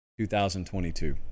2022